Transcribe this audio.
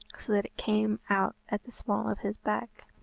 so that it came out at the small of his back.